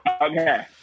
okay